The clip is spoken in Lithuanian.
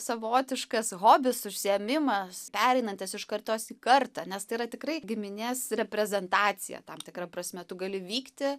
savotiškas hobis užsiėmimas pereinantis iš kartos į kartą nes tai yra tikrai giminės reprezentacija tam tikra prasme tu gali vykti